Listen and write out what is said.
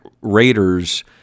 Raiders